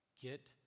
get